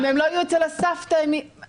הם יכולים להיות גם אצל הסבתא, לא